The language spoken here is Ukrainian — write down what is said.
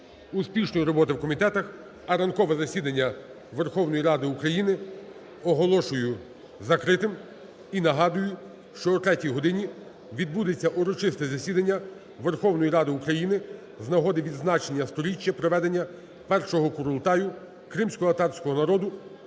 Успішної роботи у комітетах. А ранкове засідання Верховної Ради України оголошую закритим. І нагадую, що о 3-й годині відбудеться Урочисте засідання Верховної Ради України з нагоди відзначення 100-річчя проведення першого Курултаю кримськотатарського народу.